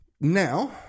Now